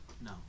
No